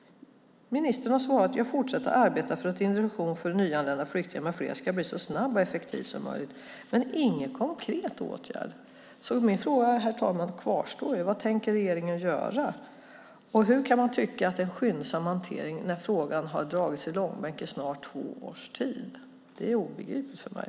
Ministern svarar: Jag fortsätter att arbeta för att introduktionen för nyanlända flyktingar med flera ska bli så snabb och effektiv som möjligt. Men hon har ingen konkret åtgärd. Därför, herr talman, kvarstår min fråga: Vad tänker regeringen göra? Och hur kan man tycka att det är en skyndsam hantering när frågan har dragits i långbänk i snart två års tid? Det är obegripligt för mig.